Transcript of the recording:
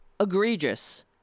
egregious